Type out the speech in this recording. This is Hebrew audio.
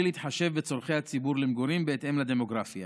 להתחשב בצורכי הציבור למגורים בהתאם לדמוגרפיה.